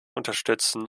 unterstützen